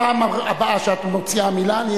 הפעם הבאה שאת מוציאה מלה,